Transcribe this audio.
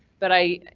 but i,